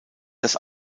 das